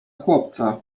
chłopca